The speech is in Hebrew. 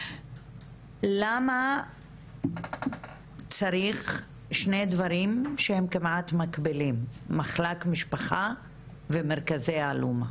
למה צריך שני דברים שהם כמעט מקבילים מחלק משפחה ומרכזי אלומה.